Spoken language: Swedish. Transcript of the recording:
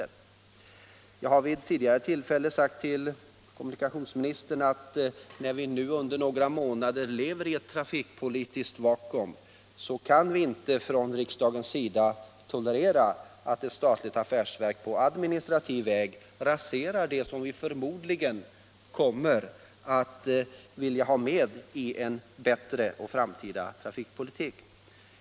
Jag har vid tidigare tillfällen sagt till kommunikationsministern att när vi nu under några månader lever i ett trafikpolitiskt vakuum kan vi inte från riksdagens sida tolerera att ett statligt affärsverk på administrativ väg raserar det som vi förmodligen kommer att vilja ha med i en bättre, framtida trafikpolitik.